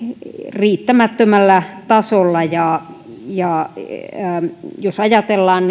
riittämättömällä tasolla ja ja jos ajatellaan